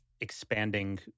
expanding